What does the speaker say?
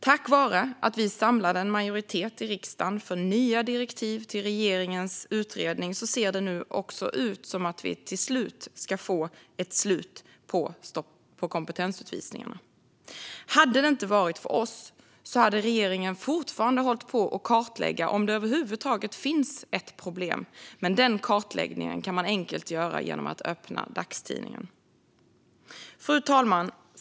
Tack vare att vi samlade en majoritet i riksdagen för nya direktiv till regeringens utredning ser det nu ut som att vi till slut får ett slut på kompetensutvisningarna. Hade det inte varit för oss hade regeringen fortfarande hållit på att kartlägga om det över huvud taget finns ett problem. Den kartläggningen kan man dock enkelt göra genom att öppna dagstidningen. Fru talman!